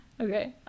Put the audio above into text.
Okay